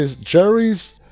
Jerry's